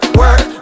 work